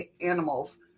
animals